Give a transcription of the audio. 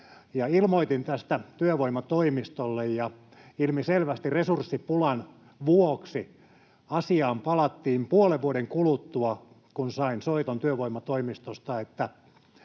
Ilmoitin tästä työvoimatoimistolle, ja ilmiselvästi resurssipulan vuoksi asiaan palattiin puolen vuoden kuluttua, kun sain soiton työvoimatoimistosta, että